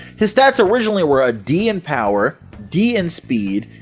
his stats originally were a d in power, d in speed,